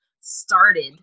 started